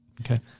Okay